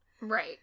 Right